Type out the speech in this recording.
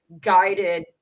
guided